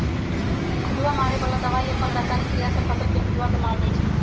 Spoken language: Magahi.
पिलुआ मारे बला दवाई अप्पन रसायनिक क्रिया से फसल के पिलुआ के मार देइ छइ